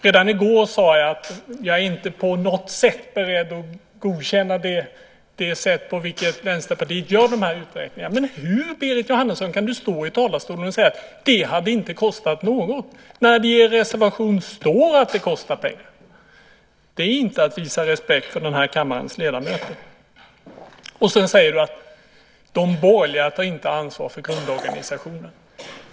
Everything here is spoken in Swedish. Redan i går sade jag att jag inte på något sätt är beredd att godkänna det sätt på vilket Vänsterpartiet gör dessa uträkningar. Men hur kan Berit Jóhannesson stå i talarstolen och säga att det inte hade kostat något, när det i er reservation står att det kostar pengar? Det är inte att visa respekt för kammarens ledamöter. Du säger att de borgerliga inte tar ansvar för grundorganisationen.